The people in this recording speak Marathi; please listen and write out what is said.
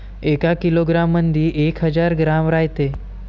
एका किलोग्रॅम मंधी एक हजार ग्रॅम रायते